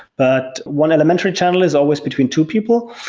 but one elementary channel is always between two people.